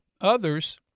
Others